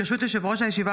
ברשות יושב-ראש הישיבה,